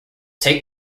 take